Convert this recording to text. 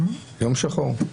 יום שחור?